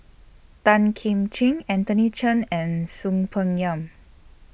Tan Kim Ching Anthony Chen and Soon Peng Yam